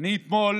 אני אתמול